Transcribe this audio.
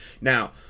Now